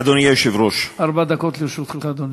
ארבע דקות לרשותך, אדוני.